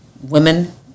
women